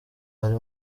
ari